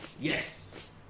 Yes